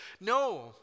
No